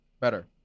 better